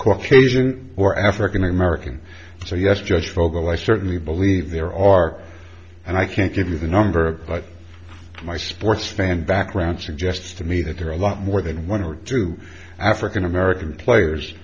caucasian or african american so yes judge fogel i certainly believe there are and i can't give you the number but my sports fan background suggests to me that there are a lot more than one or two african american players